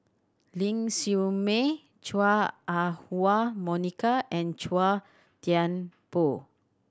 Ling Siew May Chua Ah Huwa Monica and Chua Thian Poh